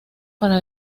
para